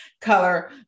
color